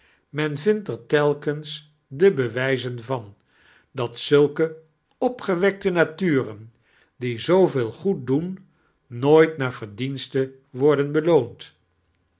men vindt er telkems de bewijzen van dat zulke opgewekte naltmrea die zooweei goed doen nooit naar verdienste worden beloond